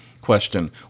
question